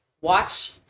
watch